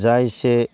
जा इसे